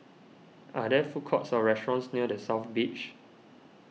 are there food courts or restaurants near the South Beach